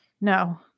No